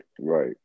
right